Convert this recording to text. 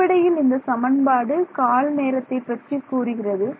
அடிப்படையில் இந்த சமன்பாடு கால நேரத்தை பற்றி கூறுகிறது